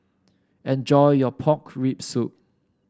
enjoy your Pork Rib Soup